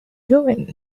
doing